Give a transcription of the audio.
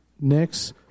next